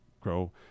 grow